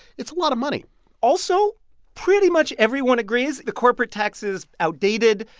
it's a lot of money also pretty much everyone agrees the corporate tax is outdated,